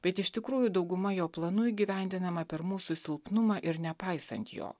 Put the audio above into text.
bet iš tikrųjų dauguma jo planų įgyvendinama per mūsų silpnumą ir nepaisant jo